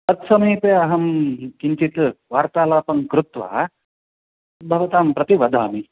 तत्समीपे अहं किञ्चित् वार्तालापं कृत्वा भवतां प्रति वदामि